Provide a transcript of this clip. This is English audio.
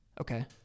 Okay